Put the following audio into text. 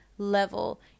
level